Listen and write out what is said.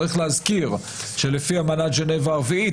צריך להזכיר שלפי אמנת ג'נבה הרביעית,